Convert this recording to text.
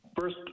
first